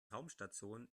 raumstation